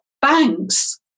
banks